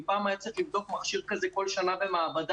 אם פעם היה צריך לבדוק מכשיר כזה כל שנה במעבדה,